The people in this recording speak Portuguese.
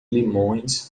limões